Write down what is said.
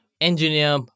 engineer